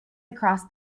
across